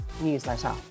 newsletter